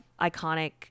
iconic